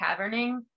caverning